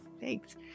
Thanks